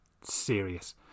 Serious